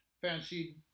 fancy